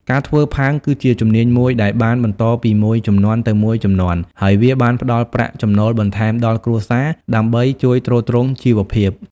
ការធ្វើផើងគឺជាជំនាញមួយដែលបានបន្តពីមួយជំនាន់ទៅមួយជំនាន់ ហើយវាបានផ្តល់ប្រាក់ចំណូលបន្ថែមដល់គ្រួសារដើម្បីជួយទ្រទ្រង់ជីវភាព។